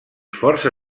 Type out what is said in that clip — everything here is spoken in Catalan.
força